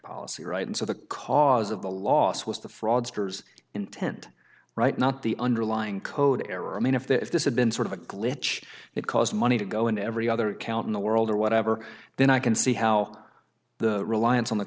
policy right and so the cause of the loss was the fraudsters intent right not the underlying code error i mean if that if this had been sort of a glitch it caused money to go into every other account in the world or whatever then i can see how the reliance on the